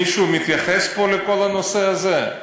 מישהו מתייחס פה לכל הנושא הזה?